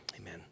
Amen